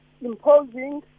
imposing